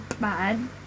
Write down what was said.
bad